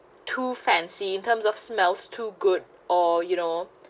too fancy in terms of smells too good or you know